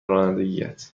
رانندگیت